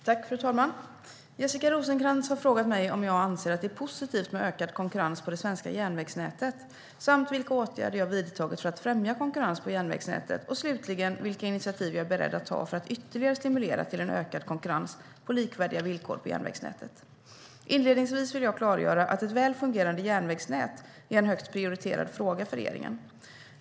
Fru talman! Jessica Rosencrantz har frågat mig om jag anser att det är positivt med ökad konkurrens på det svenska järnvägsnätet samt vilka åtgärder jag vidtagit för att främja konkurrens på järnvägsnätet och slutligen vilka initiativ jag är beredd att ta för att ytterligare stimulera till en ökad konkurrens på likvärdiga villkor på järnvägsnätet. Inledningsvis vill jag klargöra att ett väl fungerande järnvägsnät är en högt prioriterad fråga för regeringen.